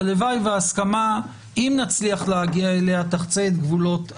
הלוואי וההסכמה אם נצליח להגיע אליה תחצה את גבולות הקואליציה.